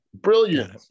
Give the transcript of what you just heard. Brilliant